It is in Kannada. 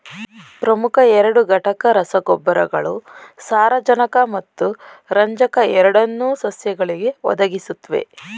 ಪ್ರಮುಖ ಎರಡು ಘಟಕ ರಸಗೊಬ್ಬರಗಳು ಸಾರಜನಕ ಮತ್ತು ರಂಜಕ ಎರಡನ್ನೂ ಸಸ್ಯಗಳಿಗೆ ಒದಗಿಸುತ್ವೆ